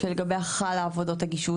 שלגביה חלו עבודות הגישוש.